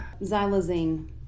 Xylazine